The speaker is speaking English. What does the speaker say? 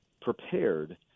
prepared